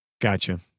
Gotcha